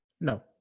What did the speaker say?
no